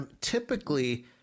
Typically